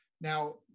Now